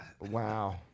Wow